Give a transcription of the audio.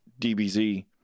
dbz